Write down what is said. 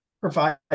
provide